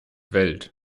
welt